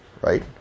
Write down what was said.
right